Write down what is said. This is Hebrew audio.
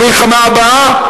המלחמה הבאה?